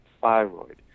thyroid